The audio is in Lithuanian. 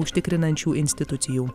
užtikrinančių institucijų